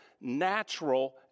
natural